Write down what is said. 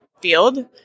field